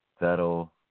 that'll